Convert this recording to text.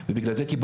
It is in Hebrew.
רק שאלה כדי